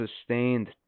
sustained